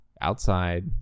outside